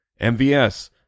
MVS